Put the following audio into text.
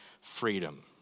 freedom